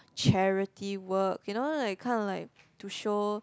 charity work you know that kinda like to show